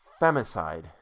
femicide